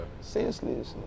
Senseless